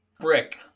Brick